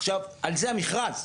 עכשיו על זה המכרז,